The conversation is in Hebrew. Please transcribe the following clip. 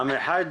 עמיחי,